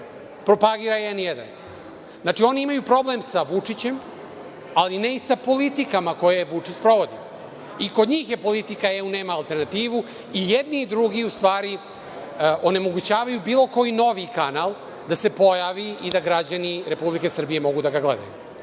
propagira i N1. Znači, oni imaju problem sa Vučićem, ali ne i sa politikama koje Vučić sprovodi. I kod njih je politika – EU nema alternativu, i jedni i drugi u stvari onemogućavaju bilo koji novi kanal da se pojavi i da građani Republike Srbije mogu da ga gledaju.